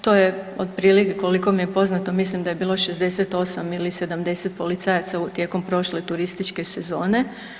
To je otprilike koliko mi je poznato mislim da je bilo 68 ili 70 policajaca tijekom prošle turističke sezone.